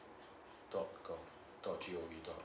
dot com dot G O V dot